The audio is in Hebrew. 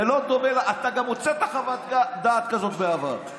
זה לא דומה, אתה גם הוצאת חוות דעת כזו בעבר.